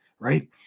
right